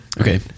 Okay